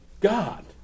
God